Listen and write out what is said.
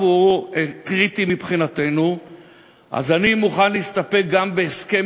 הייתי אז בחור צעיר,